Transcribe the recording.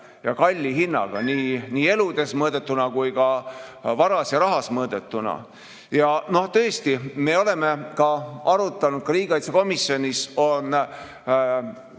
ja kalli hinnaga, nii eludes mõõdetuna kui ka varas ja rahas mõõdetuna. Ja tõesti, me oleme arutanud, ka riigikaitsekomisjonis on